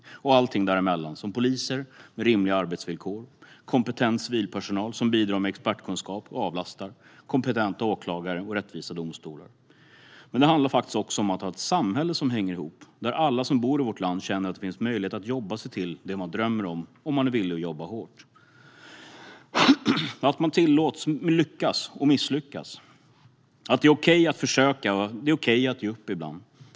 Sedan är det allting däremellan, som poliser med rimliga arbetsvillkor, kompetent civilpersonal som bidrar med expertkunskap och avlastar, kompetenta åklagare och rättvisa domstolar. Det handlar också om att ha ett samhälle som hänger ihop där alla som bor i vårt land känner att det finns möjlighet att det om man är villig att jobba hårt finns möjlighet att jobba sig till det man drömmer om. Det handlar om att man tillåts lyckas och misslyckas, att det är okej att försöka och okej att ge upp ibland.